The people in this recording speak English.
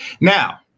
now